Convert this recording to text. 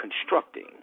constructing